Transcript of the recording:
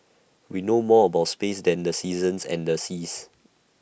we know more about space than the seasons and the seas